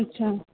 अच्छा